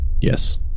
Yes